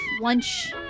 lunch